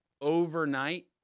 Overnight